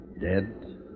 Dead